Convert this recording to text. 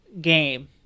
game